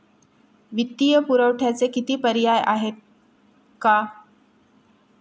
वित्तीय पुरवठ्याचे किती पर्याय आहेत का?